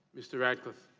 mr. radcliffe?